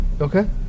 okay